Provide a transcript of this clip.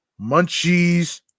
munchies